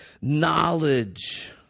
knowledge